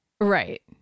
Right